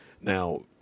Now